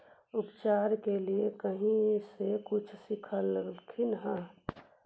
उपचार के लीये कहीं से कुछ सिखलखिन हा?